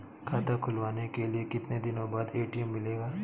खाता खुलवाने के कितनी दिनो बाद ए.टी.एम मिलेगा?